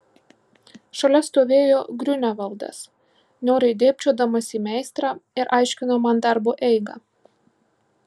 šalia stovėjo griunevaldas niauriai dėbčiodamas į meistrą ir aiškino man darbo eigą